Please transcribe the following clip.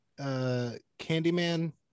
Candyman